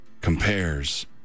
compares